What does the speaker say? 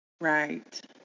right